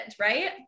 Right